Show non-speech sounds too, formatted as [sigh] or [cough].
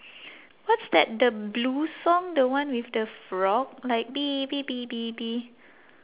what's that the blue song the one with the frog like [noise]